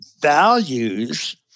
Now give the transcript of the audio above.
values